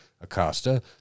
Acosta